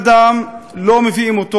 לא מביאים אותו לבית-משפט,